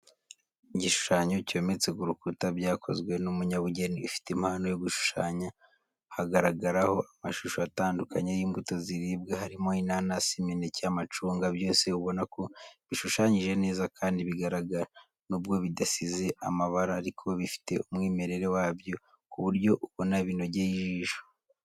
Igishushanyo cyometse ku rukuta byakozwe n'umunyabugeni ufite impano yo gushushanya, hagaragaraho amashusho atandukanye y'imbuto ziribwa harimo inanasi, imineke, amacunga, byose ubona ko bishushanyije neza kandi bigaragara. Nubwo bidasize amabara ariko bifite umwimere wabyo ku buryo ubona binogeye ijisho.